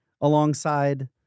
alongside